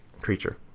creature